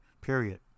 period